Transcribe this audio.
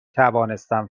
توانستم